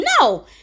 No